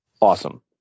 awesome